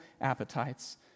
appetites